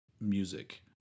music